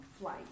flight